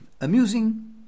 amusing